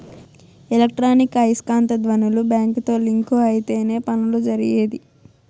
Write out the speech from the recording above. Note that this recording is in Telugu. ఎలక్ట్రానిక్ ఐస్కాంత ధ్వనులు బ్యాంకుతో లింక్ అయితేనే పనులు జరిగేది